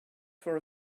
for